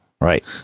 right